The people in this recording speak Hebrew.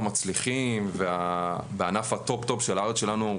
המצליחים בענף הטופ טופ של הארץ שלנו,